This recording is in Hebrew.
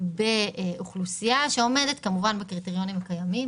באוכלוסייה שעומדת כמובן בקריטריונים הקיימים,